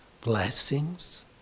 blessings